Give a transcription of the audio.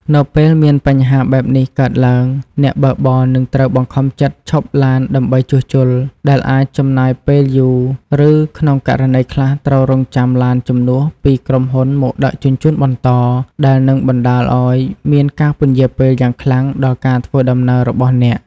នៅពេលមានបញ្ហាបែបនេះកើតឡើង អ្នកបើកបរនឹងត្រូវបង្ខំចិត្តឈប់ឡានដើម្បីជួសជុល ដែលអាចចំណាយពេលយូរ ឬក្នុងករណីខ្លះ ត្រូវរង់ចាំឡានជំនួសពីក្រុមហ៊ុនមកដឹកជញ្ជូនបន្ត ដែលនឹងបណ្ដាលឱ្យមានការពន្យារពេលយ៉ាងខ្លាំងដល់ការធ្វើដំណើររបស់អ្នក។